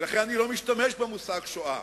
ולכן אני לא משתמש במושג שואה.